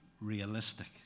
Realistic